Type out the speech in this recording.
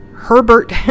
Herbert